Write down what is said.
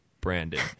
Brandon